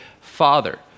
Father